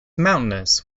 mountainous